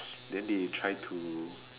then they try to